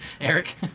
Eric